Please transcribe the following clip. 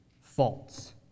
false